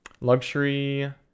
Luxury